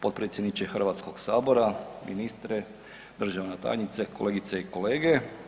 Potpredsjedniče Hrvatskog sabora, ministre, državna tajnice, kolegice i kolege.